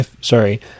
Sorry